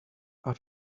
are